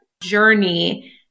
journey